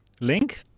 Link